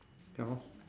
ya lor